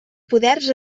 poders